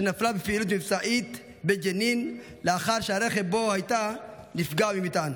שנפלה בפעילות מבצעית בג'נין לאחר שהרכב שבו הייתה נפגע ממטען.